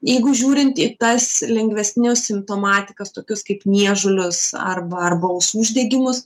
jeigu žiūrint į tas lengvesnius simptomatikas tokius kaip niežulius arba arba ausų uždegimus